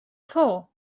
four